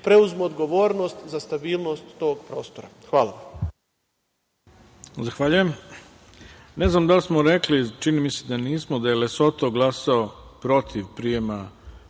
preuzmu odgovornost za stabilnost tog prostora. Hvala.